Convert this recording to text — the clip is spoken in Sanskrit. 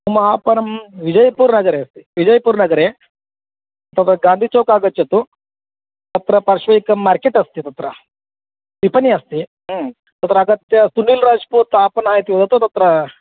मम आपणं विजयपुर्नगरे अस्ति विजयपुर्नगरे तत्र गाधिचौक् आगच्छतु तत्र पार्श्वे एकं मार्केट् अस्ति तत्र विपणिः अस्ति तत्र आगत्य सुनिल्राज्पूर्त् आपणः इति वदतु तत्र